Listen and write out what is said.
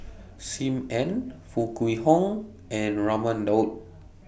SIM Ann Foo Kwee Horng and Raman Daud